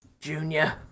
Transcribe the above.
Junior